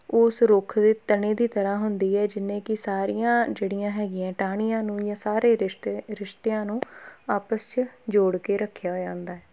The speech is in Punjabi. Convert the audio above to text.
ਉਸ ਰੁੱਖ ਦੇ ਤਣੇ ਦੀ ਤਰ੍ਹਾਂ ਹੁੰਦੀ ਹੈ ਜਿਹਨੇ ਕਿ ਸਾਰੀਆਂ ਜਿਹੜੀਆਂ ਹੈਗੀਆਂ ਟਾਹਣੀਆਂ ਨੂੰ ਜਾਂ ਸਾਰੇ ਰਿਸ਼ਤੇ ਰਿਸ਼ਤਿਆਂ ਨੂੰ ਆਪਸ 'ਚ ਜੋੜ ਕੇ ਰੱਖਿਆ ਹੋਇਆ ਹੁੰਦਾ ਹੈ